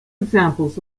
examples